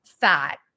fat